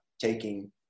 taking